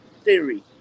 theory